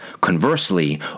Conversely